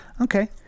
Okay